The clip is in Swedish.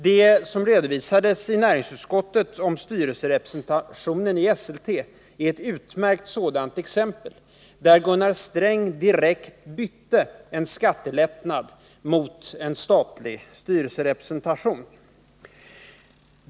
Det som redovisats i näringsutskottet om styrelserepresentationen i Esselte är ett utmärkt exempel på detta. Gunnar Sträng bytte en skattelättnad mot en statlig styrelserepresentation.